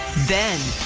then